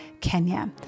Kenya